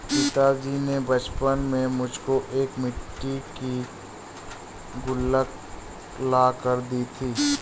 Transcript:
पिताजी ने बचपन में मुझको एक मिट्टी की गुल्लक ला कर दी थी